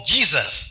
Jesus